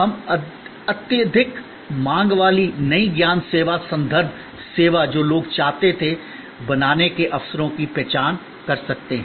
हम अत्यधिक मांग वाली नई ज्ञान सेवा संदर्भ सेवा जो लोग चाहते थे बनाने के अवसरों की पहचान कर सकते हैं